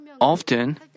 often